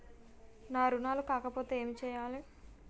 నా రుణాలు కాకపోతే ఏమి చేయాలి?